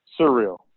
surreal